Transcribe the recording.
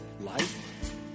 life